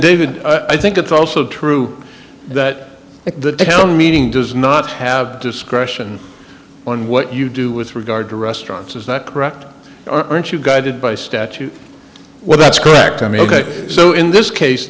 david i think it's also true that the detail meeting does not have discretion on what you do with regard to restaurants is that correct aren't you guided by statute well that's correct i mean ok so in this case